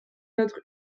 notre